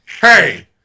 hey